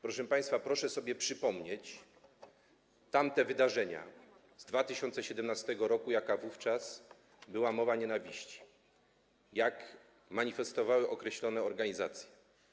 Proszę państwa, proszę sobie przypomnieć tamte wydarzenia z 2017 r., jaka wówczas była mowa nienawiści, jak manifestowały określone organizacje.